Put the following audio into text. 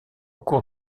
cours